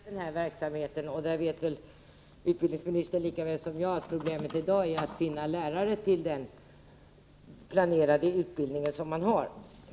Fru talman! Det är riktigt att man försöker vidga den här verksamheten, och utbildningsministern vet väl lika väl som jag att problemet där i dag är att finna lärare till den utbildning man har planerat.